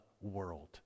world